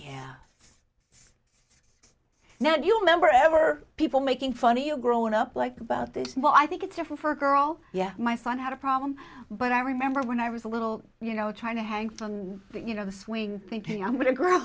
yeah now you remember ever people making funny a grown up like about this but i think it's different for a girl yeah my son had a problem but i remember when i was a little you know trying to hang on you know the swing thinking i'm going to grow